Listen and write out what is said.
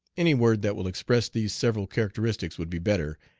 any word that will express these several characteristics would be better,